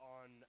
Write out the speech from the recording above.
on